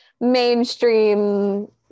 mainstream